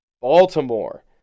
Baltimore